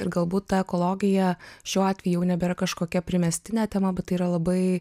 ir galbūt ta ekologija šiuo atveju jau nebėra kažkokia primestinė tema bet tai yra labai